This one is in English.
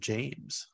James